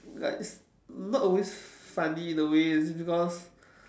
like it's not always funny in a way it is because